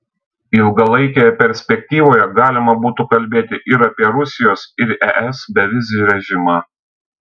ilgalaikėje perspektyvoje galima būtų kalbėti ir apie rusijos ir es bevizį režimą